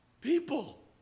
People